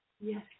Yes